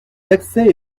d’accès